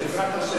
בעזרת השם.